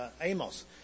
Amos